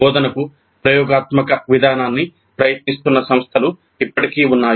బోధనకు ప్రయోగాత్మక విధానాన్ని ప్రయత్నిస్తున్న సంస్థలు ఇప్పటికీ ఉన్నాయి